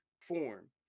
form